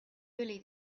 really